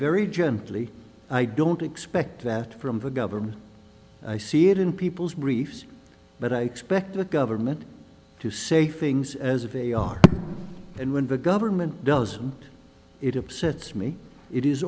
very gently i don't expect that from the government i see it in people's briefs but i expect the government to say things as of a are and when the government does it upsets me it is